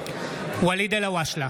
(קורא בשמות חברי הכנסת) ואליד אלהואשלה,